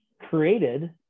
created